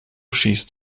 schießt